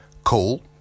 Call